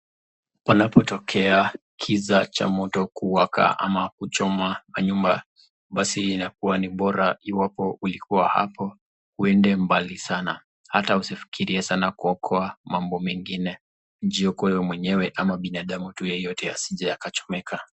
Panapotokea kisa cha moto kuwaka ama kuchoma manyumba, basi inakuwa ni bora iwapo ulikuwa hapo, uende mbali sana, hata usifikirie sana kuokoa mambo mengine, jiokoe mwenyewe, ama binadamu tu yeyote asije akachomeka.